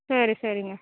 சரி சரிங்க